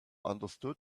understood